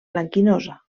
blanquinosa